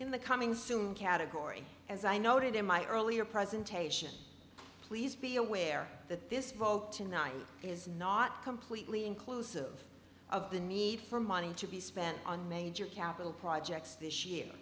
in the coming soon category as i noted in my earlier presentation please be aware that this vote tonight is not completely inclusive of the need for money to be spent on major capital projects this year